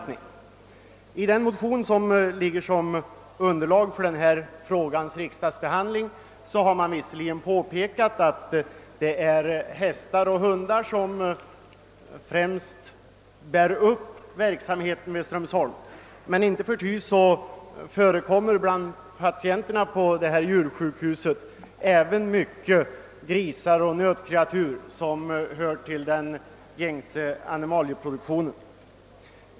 I den motion som ligger som grund för denna frågas riksdagsbehandling har det visserligen påpekats att det är hästar och hundar som främst bär upp verksamheten vid Strömsholm, men inte förty förekommer bland patienterna på detta djursjukhus även grisar och nötkreatur, som ju hör till den gängse animalieproduktionen.